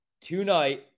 Tonight